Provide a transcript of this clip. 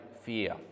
fear